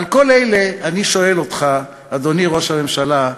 על כל אלה אני שואל אותך, אדוני ראש הממשלה,